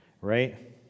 right